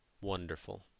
Wonderful